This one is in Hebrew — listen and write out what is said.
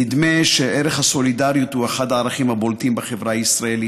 נדמה שערך הסולידריות הוא אחד הערכים הבולטים בחברה הישראלית.